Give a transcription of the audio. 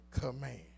command